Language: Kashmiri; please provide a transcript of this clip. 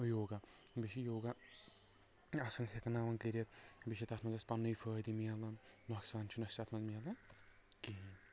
یوگا مےٚ چھِ یوگا اصل ہٮ۪کناوان کٔرتھ بیٚیہِ چھُ تتھ منٛز اسہِ پننہٕ نُے فٲیدٕ مِلان نۄقصان چھُنہٕ اسہِ اتھ منٛز مِلان کہیٖنۍ